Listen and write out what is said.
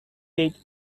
date